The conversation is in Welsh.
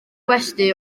gwesty